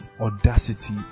audacity